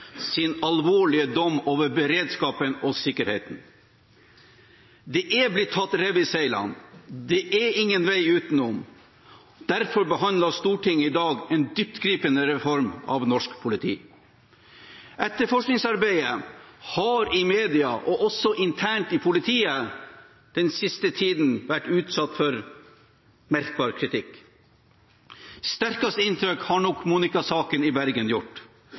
sin alvorlige dom over beredskapen og sikkerheten. Det er blitt tatt rev i seilene. Det er ingen vei utenom. Derfor behandler Stortinget i dag en dyptgripende reform av norsk politi. Etterforskningsarbeidet har i media og også internt i politiet den siste tiden vært utsatt for merkbar kritikk. Det sterkeste inntrykket har nok Monika-saken i Bergen gjort,